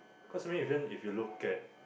cause to me even if you look at